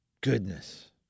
goodness